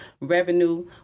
revenue